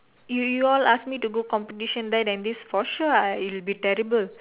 you you all ask me to go competition that and this for sure I it'll be terrible